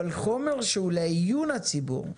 אבל חומר שהוא לעיון הציבור,